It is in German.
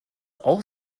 auch